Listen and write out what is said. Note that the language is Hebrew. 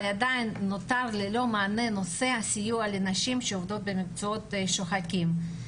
אבל עדיין נותר ללא מענה נושא הסיוע לנשים שעובדות במקצועות שוחקים,